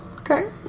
Okay